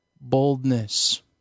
boldness